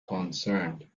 concerned